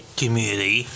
community